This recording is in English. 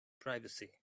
privacy